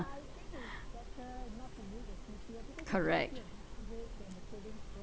correct